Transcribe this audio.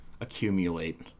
accumulate